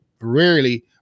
rarely